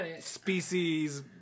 species